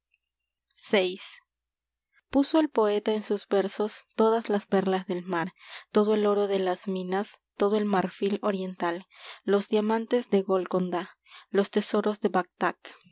uso el poeta en sus versos todas las todo el oro perlas del mar de las minas todo el marfil oriental golconda los diamantes de los tesoros de